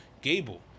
Gable